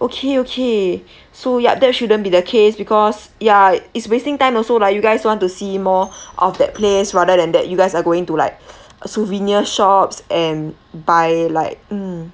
okay okay so yup that shouldn't be the case because ya is wasting time also lah you guys want to see more of that place rather than that you guys are going to like a souvenir shops and buy like mm